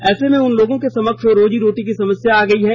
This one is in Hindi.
ऐसे में उन लोगों के समक्ष रोजी रोटी की समस्या हो गई है